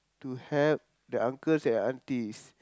to help the uncles and aunties